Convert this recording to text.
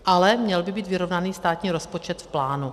Ale měl by být vyrovnaný státní rozpočet v plánu.